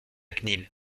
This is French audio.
cnil